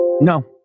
No